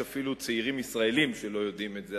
יש אפילו צעירים ישראלים שלא יודעים את זה,